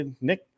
Nick